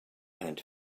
and